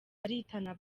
baritana